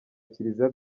kiliziya